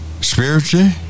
spiritually